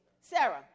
Sarah